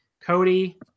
Cody